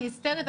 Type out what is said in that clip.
אני היסטרית,